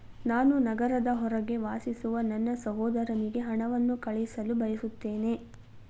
ನಾನು ನಗರದ ಹೊರಗೆ ವಾಸಿಸುವ ನನ್ನ ಸಹೋದರನಿಗೆ ಹಣವನ್ನು ಕಳುಹಿಸಲು ಬಯಸುತ್ತೇನೆ